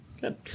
Good